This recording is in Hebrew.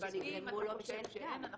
אבל אם אתה חושב שאין,